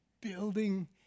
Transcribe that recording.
building